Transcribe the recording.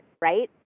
right